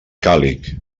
càlig